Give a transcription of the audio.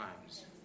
times